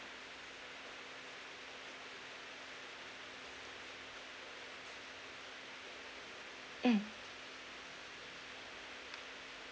mm